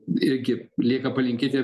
irgi lieka palinkėti